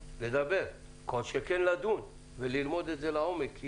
כל שכן לדון וללמוד את זה לעומק.